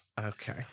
Okay